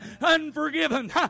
unforgiven